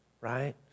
right